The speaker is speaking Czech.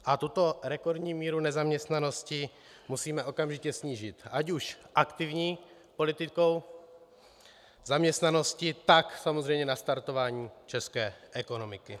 A tuto rekordní míru nezaměstnanosti musíme okamžitě snížit, ať už aktivní politikou zaměstnanosti, tak samozřejmě nastartováním české ekonomiky.